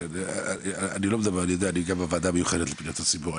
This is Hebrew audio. אני גם בוועדה המיוחדת לתלונות הציבור,